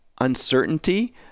Uncertainty